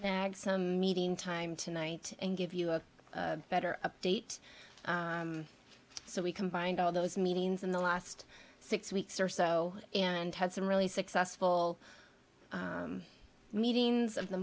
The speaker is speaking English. add some meeting time tonight and give you a better update so we combined all those meetings in the last six weeks or so and had some really successful meetings of the